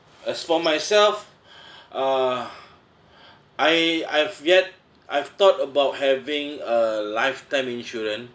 as for myself uh I I've yet I've thought about having a lifetime insurance